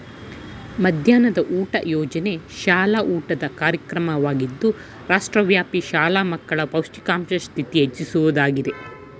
ಮಧ್ಯಾಹ್ನದ ಊಟ ಯೋಜನೆ ಶಾಲಾ ಊಟದ ಕಾರ್ಯಕ್ರಮವಾಗಿದ್ದು ರಾಷ್ಟ್ರವ್ಯಾಪಿ ಶಾಲಾ ಮಕ್ಕಳ ಪೌಷ್ಟಿಕಾಂಶ ಸ್ಥಿತಿ ಹೆಚ್ಚಿಸೊದಾಗಯ್ತೆ